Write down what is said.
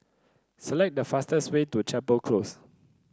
select the fastest way to Chapel Close